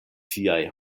tiaj